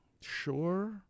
sure